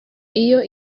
iyo